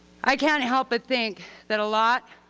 i can't help but think that a lot